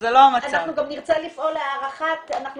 אנחנו גם נרצה לפעול להארכת אנחנו